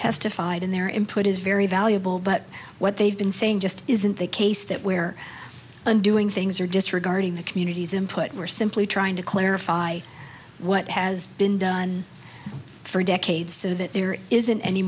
testified in their input is very valuable but what they've been saying just isn't the case that where and doing things are disregarding the community's input we're simply trying to clarify what has been done for decades so that there isn't any